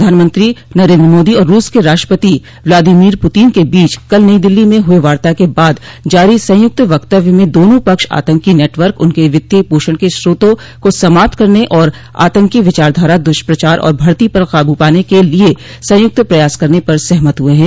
प्रधानमंत्री नरेन्द्र मोदी और रूस के राष्ट्रपति व्लादिमीर पुतिन के बीच कल नई दिल्ली में हुए वार्ता के बाद जारो संयुक्त वक्तव्य में दोनो पक्ष आतंकी नेटवर्क उनके वित्तीय पोषण के स्रोतों को समाप्त करने और आतंकी विचारधारा दुष्प्रचार और भर्ती पर काबू पाने के लिए संयुक्त प्रयास करने पर सहमत हुए हैं